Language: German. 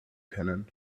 können